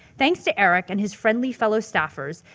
thanks to eric and his friendly fellow staffers,